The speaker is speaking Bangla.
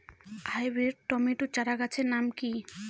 হাইব্রিড টমেটো চারাগাছের নাম কি?